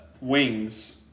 Wings